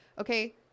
Okay